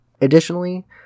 Additionally